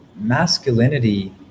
masculinity